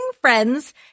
friends